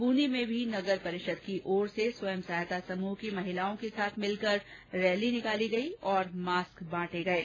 बूंदी में भी नगर परिषद की ओर से स्वयं सहायता समूह की महिलाओं के साथ मिलकर रैली निकाली गई और मास्क बॉटे गये